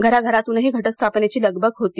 घराघरांतूनही घटस्थापनेची लगबग होती